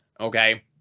Okay